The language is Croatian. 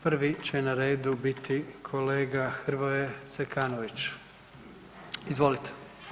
Prvi će na redu biti kolega Hrvoje Zekanović, izvolite.